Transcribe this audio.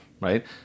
right